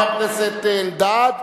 חבר הכנסת אלדד,